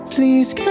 Please